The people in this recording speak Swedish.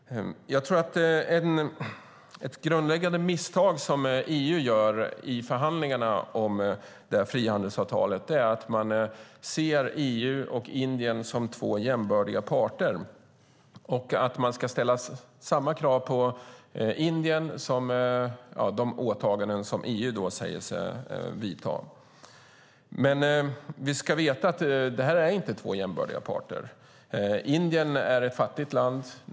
Ett grundläggande misstag EU gör i förhandlingarna om detta frihandelsavtal är att man ser EU och Indien som två jämbördiga parter och att man vill ställa krav på Indien att göra samma åtaganden som EU säger sig göra. Vi ska dock veta att detta inte är två jämbördiga parter. Indien är ett fattigt land.